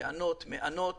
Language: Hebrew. טענות ומענות